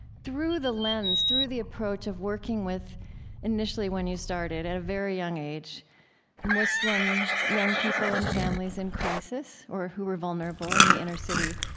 through the lens, through the approach of working with initially, when you started at a very young age muslim young people and families in crisis or who were vulnerable in the inner city.